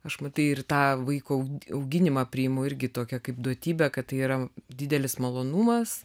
aš matai ir tą vaiko auginimą priimu irgi tokią kaip duotybę kad tai yra didelis malonumas